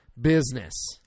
business